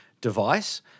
device